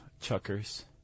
Chuckers